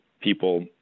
people